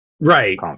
right